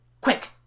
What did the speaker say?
Quick